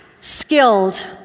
skilled